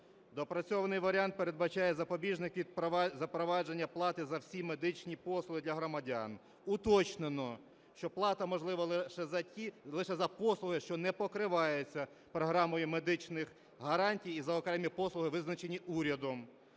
Доопрацьований варіант передбачає запобіжники запровадження плати за всі медичні послуги для громадян. Уточнено, що плата можлива лише за послуги, що не покриваються програмою медичних гарантій і за окремі послуги, визначені урядом.